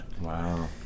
Wow